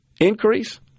increase